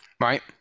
right